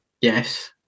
Yes